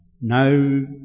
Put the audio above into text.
No